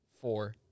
Four